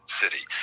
city